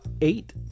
eight